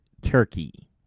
turkey